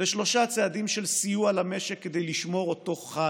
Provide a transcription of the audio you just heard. לשלושה צעדים של סיוע למשק כדי לשמור אותו חי,